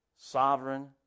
Sovereign